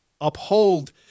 uphold